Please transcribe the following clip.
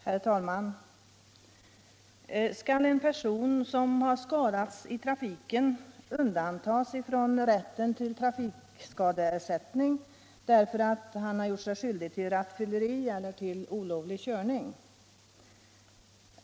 Herr talman! Skall en person som har skadats i trafiken undantas från rätten till trafikskadeersättning därför att han gjort sig skyldig till rattfylleri eller till olovlig körning?